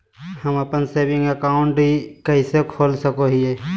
हम अप्पन saving account कइसे खोल सको हियै?